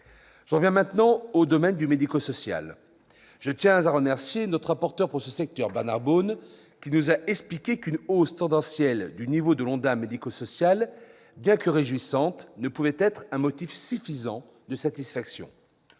J'en viens maintenant au domaine médico-social. Je tiens à remercier notre rapporteur pour ce secteur, Bernard Bonne, qui nous a expliqué qu'une hausse tendancielle du niveau de l'ONDAM médico-social, bien que réjouissante, ne pouvait être un motif suffisant de satisfaction.